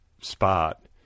spot